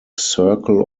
circle